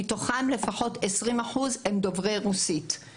ולפחות 20 אחוז מתוכם הם דוברי רוסית.